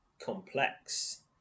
complex